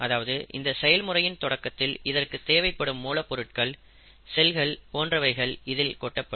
அதாவது இந்த செயல்முறையின் தொடக்கத்தில் இதற்கு தேவைப்படும் மூலப் பொருட்கள் செல்கள் போன்றவைகள் இதில் கொட்டப்படும்